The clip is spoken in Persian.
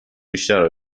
بیشتر